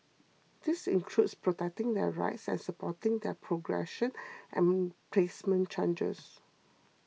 this includes protecting their rights and supporting their progression and placement chances